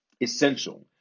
essential